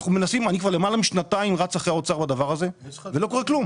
אני כבר למעלה משנתיים רץ אחרי האוצר עם הדבר הזה אבל לא קורה כלום.